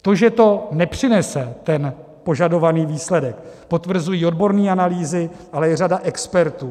To, že to nepřinese ten požadovaný výsledek, potvrzují odborné analýzy, ale i řada expertů.